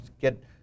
get